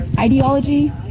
Ideology